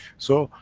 so,